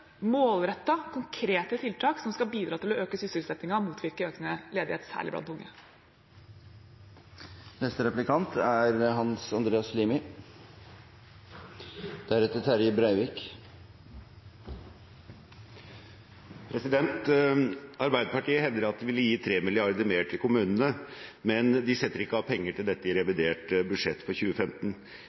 målrettede, konkrete tiltak som skal bidra til å øke sysselsettingen og motvirke økende ledighet, særlig blant unge. Arbeiderpartiet hevder at de vil gi 3 mrd. kr mer til kommunene. Men de setter ikke av penger til dette i revidert budsjett for 2015.